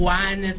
one